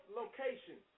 location